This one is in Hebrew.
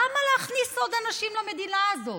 למה להכניס עוד אנשים למדינה הזאת?